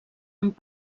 amb